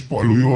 יש פה עלויות